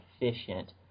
efficient